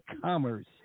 Commerce